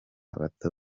bato